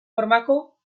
formako